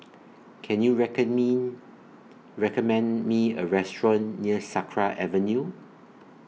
Can YOU Me recommend Me A Restaurant near Sakra Avenue